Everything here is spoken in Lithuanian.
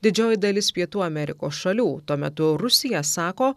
didžioji dalis pietų amerikos šalių tuo metu rusija sako